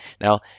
now